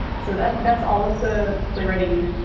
so that's that's all of the playwriting